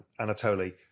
Anatoly